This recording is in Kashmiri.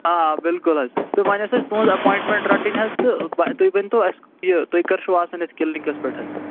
آ بالکُل حظ تہٕ وۄنۍ ٲس اَسہِ تُہٕنٛز ایپایِنٛٹمیںٛٹ رَٹٕنۍ حظ تہٕ تُہۍ ؤنۍ تو اَسہِ یہِ تُہۍ کَر چھُ آسان یَتھ کِلنِکَس پٮ۪ٹھ حظ